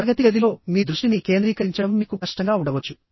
తరగతి గదిలో మీ దృష్టిని కేంద్రీకరించడం మీకు కష్టంగా ఉండవచ్చు